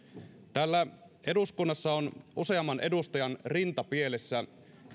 täällä eduskunnassa on useamman edustajan rintapielessä